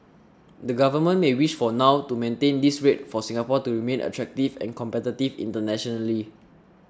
the government may wish for now to maintain this rate for Singapore to remain attractive and competitive internationally